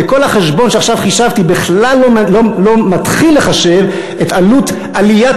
וכל החשבון שעכשיו חישבתי בכלל לא מתחיל לחשב את עלות עליית